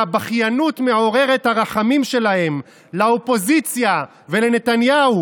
שהבכיינות מעוררת הרחמים שלהם לאופוזיציה ולנתניהו